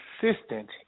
consistent